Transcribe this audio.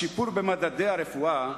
השיפור במדדי הרפואה,